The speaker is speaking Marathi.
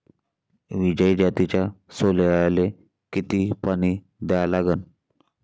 विजय जातीच्या सोल्याले किती पानी द्या लागन?